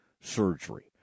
surgery